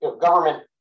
government